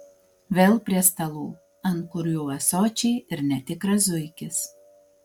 vėl prie stalų ant kurių ąsočiai ir netikras zuikis